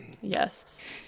Yes